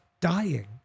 dying